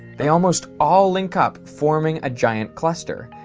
they almost all link up forming a giant cluster.